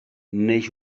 neix